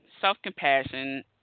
Self-compassion